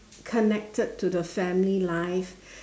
connected to the family life